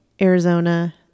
Arizona